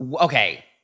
okay